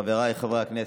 חבריי חברי הכנסת,